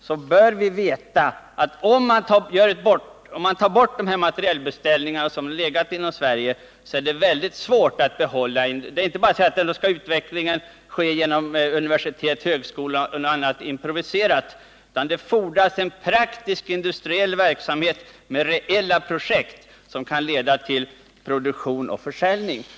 Vi bör veta att om man tar bort de materielbeställningar från försvaret som legat inom Sverige, så kan man inte bara säga att utvecklingen skall ske genom universitet och högskolor eller på något improviserat sätt — det fordras för framgång en industriell verksamhet med reella projekt som kan leda till produktion och försäljning.